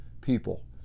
people